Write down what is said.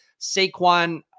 Saquon